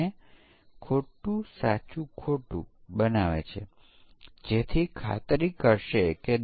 આપણું યુનિટ અથવા ફંક્શન ત્રિકોણની 3 બાજુ સૂચવે છે જે 3 પૂર્ણાંકો લે છે